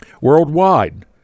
Worldwide